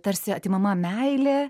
tarsi atimama meilė